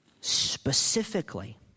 specifically